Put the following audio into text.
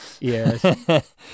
Yes